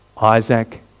Isaac